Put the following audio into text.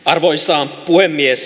arvoisa puhemies